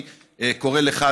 אני קורא לך,